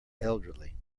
elderly